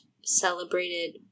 celebrated